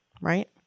right